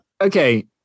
okay